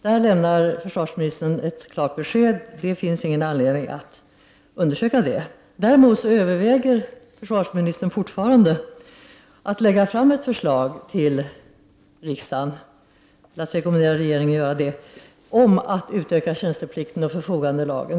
Här lämnar försvarsministern ett klart besked: Det finns ingen anledning att undersöka detta. Däremot överväger försvarsministern fortfarande att rekommendera regeringen att lägga fram ett förslag till riksdagen om att utöka tjänsteplikten och förfogandelagen.